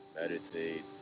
meditate